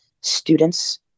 students